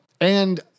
And-